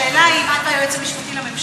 השאלה היא אם את ישבת עם היועץ המשפטי לממשלה,